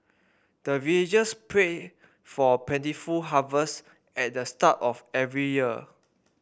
the villagers pray for plentiful harvest at the start of every year